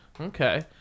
okay